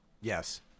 Yes